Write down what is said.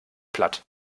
platt